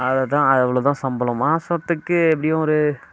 அதை தான் அவ்வளோ தான் சம்பளம் மாதத்துக்கு எப்படியும் ஒரு